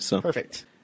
Perfect